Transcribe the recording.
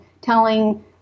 telling